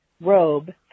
robe